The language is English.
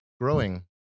Growing